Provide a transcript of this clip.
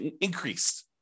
increased